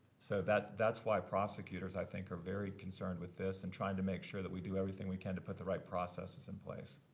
so that's why prosecutors, i think, are very concerned with this and trying to make sure that we do everything we can to put the right processes in place.